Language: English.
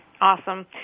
Awesome